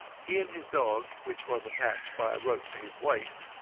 he and his dog, which was attached by a rope to his waist,